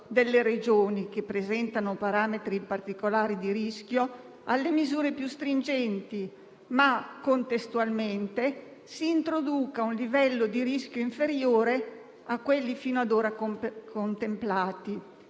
delle Regioni che presentano parametri particolari di rischio, ma contestualmente si introduca un livello di rischio inferiore a quelli fino ad ora contemplati.